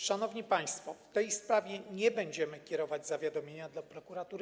Szanowni państwo, w tej sprawie nie będziemy kierować zawiadomienia do prokuratury.